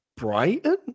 Brighton